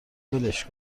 ولش